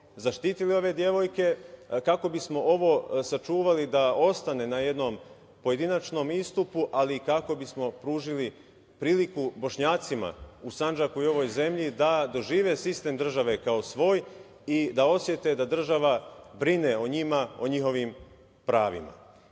zaštitili ove devojke, kako bismo ovo sačuvali da ostane na jednom pojedinačnom istupu, ali i kako bismo pružili priliku Bošnjacima u Sandžaku i ovoj zemlji da dožive sistem ove države kao svoj i da osete da država brine o njima, o njihovim pravima. Da